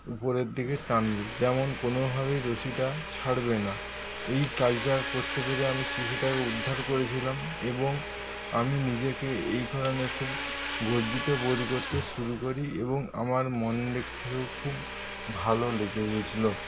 উপরের দিকে টানবে যেমন কোনোভাবেই রশিটা ছাড়বে না এই কাজটা করতে পেরে আমি শিশুটাকে উদ্ধার করেছিলাম এবং আমি নিজেকে এই কারণে খুব গর্বিত বোধ করতে শুরু করি এবং আমার মন দিক থেকেও খুব ভালো লেগে গেছিলো